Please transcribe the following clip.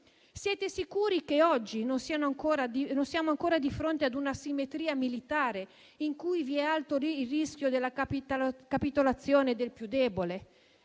Siete sicuri che oggi non siamo ancora di fronte a un'asimmetria militare, in cui è alto il rischio della capitolazione del più debole?